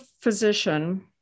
physician